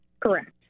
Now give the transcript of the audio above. Correct